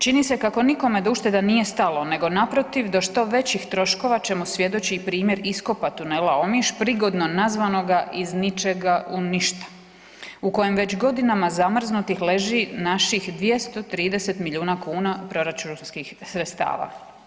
Čini se kako nikome do ušteda nije stalo nego naprotiv, do što većih troškova čemu svjedoči i primjer iskopa tunela Omiš prigodno nazvanoga „Iz ničega u ništa“ u kojem već godinama zamrznuti leži naših 230 milijuna proračunskih sredstava.